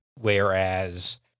whereas